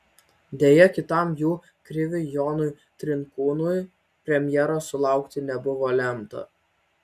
deja kitam jų kriviui jonui trinkūnui premjeros sulaukti nebuvo lemta